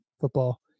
football